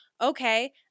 okay